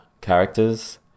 characters